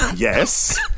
Yes